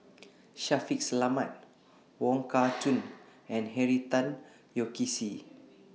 Shaffiq Selamat Wong Kah Chun and Henry Tan Yoke See